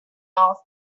off